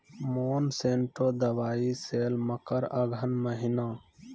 Monsanto दवाई sale मकर अघन महीना,